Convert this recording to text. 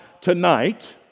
tonight